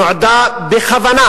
שנועדה בכוונה,